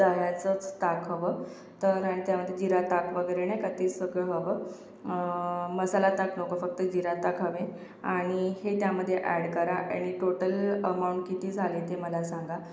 दह्याचंच ताक हवं तर त्यामध्ये जिरा ताक वगैरे नाही का ते सगळं हवं मसाला ताक नको फक्त जिरा ताक हवे आणि हे त्यामध्ये ॲड करा आणि टोटल अमाउंट किती झाली ते मला सांगा